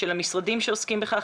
של המשרדים שעוסקים בכך,